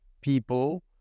people